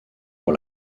pour